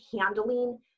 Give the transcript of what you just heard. handling